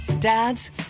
Dads